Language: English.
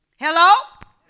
Hello